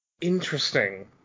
interesting